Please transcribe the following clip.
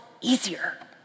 easier